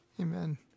Amen